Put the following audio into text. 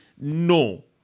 no